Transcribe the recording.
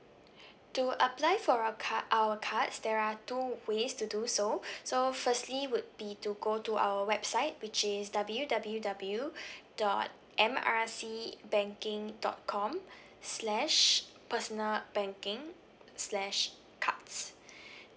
to apply for our ca~ our cards there are two ways to do so so firstly would be to go to our website which is W W W dot M R C banking dot com slash personal banking slash cards